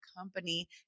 company